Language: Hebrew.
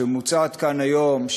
שמוצעת כאן היום,